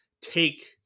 take